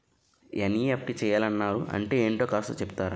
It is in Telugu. ఎన్.ఈ.ఎఫ్.టి చేయాలని అన్నారు అంటే ఏంటో కాస్త చెపుతారా?